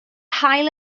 haul